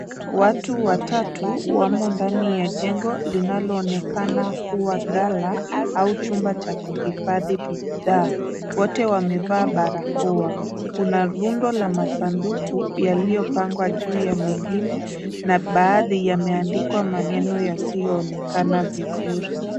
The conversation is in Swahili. Watu watatu wamo ndani ya jengo linalo onekana kuwa ngala, au chumba cha kuhifadhi bidhaa. Wote wamevaa barakoa. Kuna rundo la masunduku, yaliyopangwa juu ya mengine, na baadhi yameandikwa maneno yasiyo onekana vizuri.